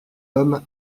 homme